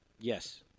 Yes